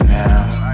now